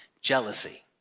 Jealousy